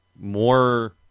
more